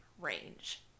range